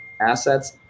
assets